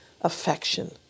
affection